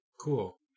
Cool